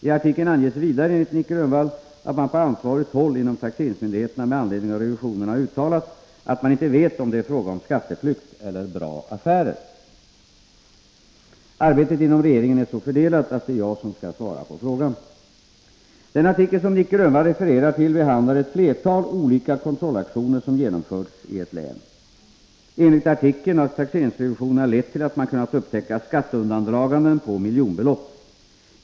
I artikeln anges vidare enligt Nic Grönvall att man på ansvarigt håll inom taxeringsmyndigheterna med anledning av revisionerna uttalat att Om bevissäkringen man inte vet om det är fråga om skatteflykt eller bra affärer. vid taxerings Arbetet inom regeringen är så fördelat att det är jag som skall svara på revision Den artikel som Nic Grönvall refererar till behandlar ett flertal olika kontrollaktioner som genomförts i ett län. Enligt artikeln har taxeringsrevisionerna lett till att man kunnat upptäcka skatteundandraganden på miljonbelopp.